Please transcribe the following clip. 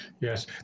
Yes